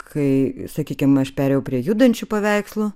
kai sakykim aš perėjau prie judančių paveikslų